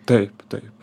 taip taip